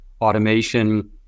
automation